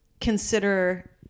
Consider